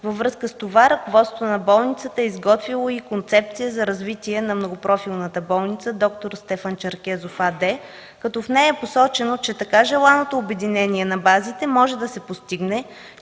във връзка с това ръководството на болницата е изготвило концепция за развитие на Многопрофилната болница „Д-р Стефан Черкезов” АД, като в нея е посочено, че така желаното обединение на базите може да се постигне